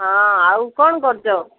ହଁ ଆଉ କ'ଣ କରୁଛ